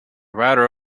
router